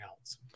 else